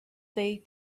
they